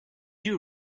you